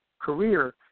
career